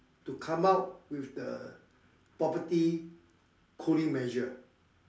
to come up with the property cooling measure